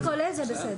אם זה כולל זה בסדר.